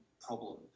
problem